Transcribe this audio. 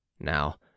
now